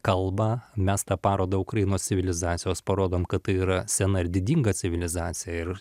kalbą mes tą parodą ukrainos civilizacijos parodom kad tai yra sena ir didinga civilizacija ir